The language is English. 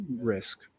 risk